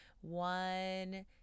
one